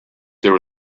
there